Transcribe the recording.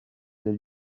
del